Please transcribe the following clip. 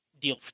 deal